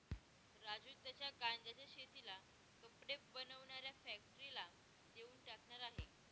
राजू त्याच्या गांज्याच्या शेतीला कपडे बनवणाऱ्या फॅक्टरीला देऊन टाकणार आहे